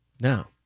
No